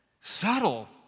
subtle